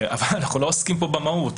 אבל אנחנו לא עוסקים פה במהות: